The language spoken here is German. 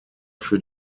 für